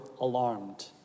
alarmed